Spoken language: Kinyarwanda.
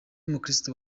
mukristo